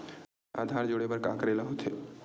आधार जोड़े बर का करे ला होथे?